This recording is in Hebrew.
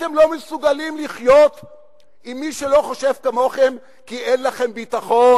אתם לא מסוגלים לחיות עם מי שלא חושב כמוכם כי אין לכם ביטחון,